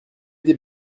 des